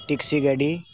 ᱴᱤᱠᱥᱤ ᱜᱟᱹᱰᱤ